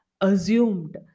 assumed